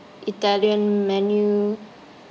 italian menu